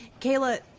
Kayla